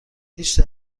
هیچ